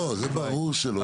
ברור שלא.